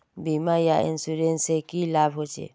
बीमा या इंश्योरेंस से की लाभ होचे?